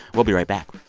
we'll be right back